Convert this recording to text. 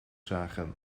zagen